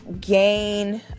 gain